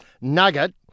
nugget